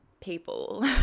people